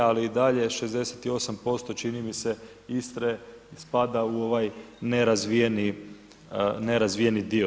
Ali i dalje 68% čini mi se Istre spada u ovaj nerazvijeni dio.